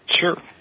Sure